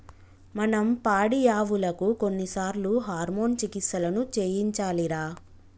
మనం పాడియావులకు కొన్నిసార్లు హార్మోన్ చికిత్సలను చేయించాలిరా